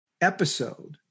episode